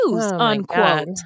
unquote